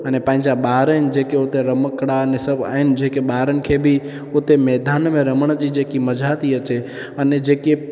अने पंहिंजा ॿार आहिनि जेके हुते रमकणा ने सभु आहिनि जेके ॿारनि खे बि हुते मैदान में रमण जी जेकी मज़ा थी अचे अने जेके